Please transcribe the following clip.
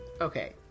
okay